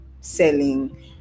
selling